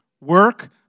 Work